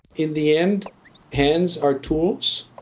in the end hands are tools,